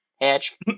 Hatch